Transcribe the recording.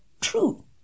true